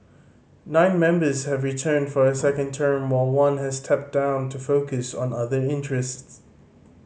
nine members have returned for a second term while one has stepped down to focus on other interests